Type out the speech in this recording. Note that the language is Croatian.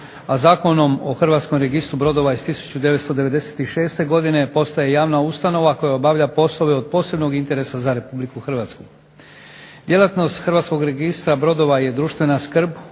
a Zakonom o Hrvatskom registru brodova iz 1996.godine postane javna ustanova koja obavlja poslove od posebnog interesa za RH. Vjerojatnost Hrvatskog registra brodova je društvena skrb